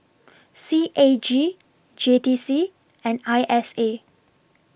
C A G J T C and I S A